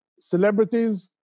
celebrities